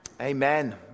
Amen